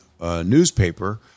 newspaper